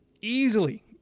easily